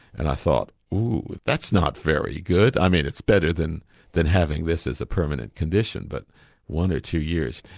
and i thought oh, that's not very good, i mean it's better than than having this as a permanent condition, but one or two years.